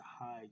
hide